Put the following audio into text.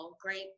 great